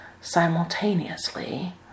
simultaneously